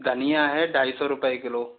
धनिया है ढाई सौ रुपए किलो